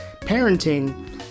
parenting